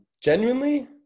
genuinely